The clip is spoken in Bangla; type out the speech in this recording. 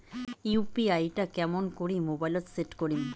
ইউ.পি.আই টা কেমন করি মোবাইলত সেট করিম?